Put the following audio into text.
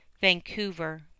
Vancouver